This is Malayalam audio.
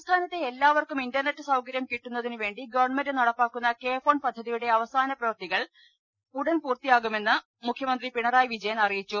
സംസ്ഥാനത്തെ എല്ലാവർക്കും ഇന്റർനെറ്റ് സൌകര്യം കിട്ടുന്ന തിന് വേണ്ടി ഗവൺമെന്റ് നടപ്പാക്കുന്ന കെ ഫോൺ പദ്ധതിയുടെ അടിസ്ഥാന പ്രവൃത്തികൾ ഉടൻ പൂർത്തിയാകുമെന്ന് മുഖ്യമന്ത്രി പിണറായി വിജയൻ അറിയിച്ചു